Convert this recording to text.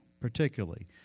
particularly